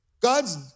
God's